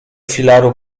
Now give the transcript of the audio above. filaru